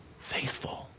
faithful